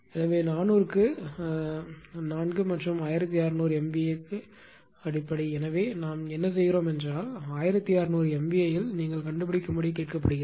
எனவே 400 க்கு 4 மற்றும் 1600 MVA அடிப்படை எனவே நாம் என்ன செய்கிறோம் என்றால் 1600 MVAல் நீங்கள் கண்டுபிடிக்கும்படி கேட்கப்படுகிறது